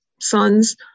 sons